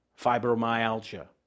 fibromyalgia